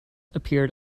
appeared